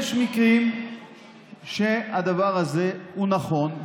יש מקרים שהדבר הזה הוא נכון,